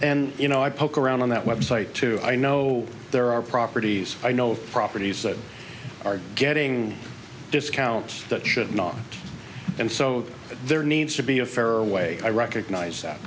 and you know i poke around on that website too i know there are properties i know of properties that are getting discounts that should not and so there needs to be a fairer way i recognize that